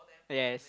yes